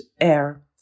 air